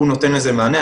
הוא נותן לזה מענה.